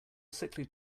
sickly